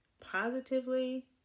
positively